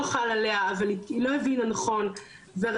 וראינו שבהחלט הלשכה מסרה לה מידע לא נכון.